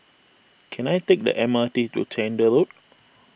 can I take the M R T to Chander Road